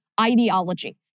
ideology